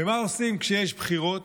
ומה עושים כשיש בחירות?